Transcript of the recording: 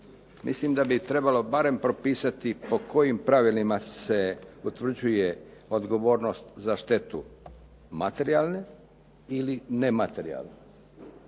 mislim da bi trebalo barem propisati po kojim pravilima se utvrđuje odgovornost za štetu materijalne ili nematerijalne.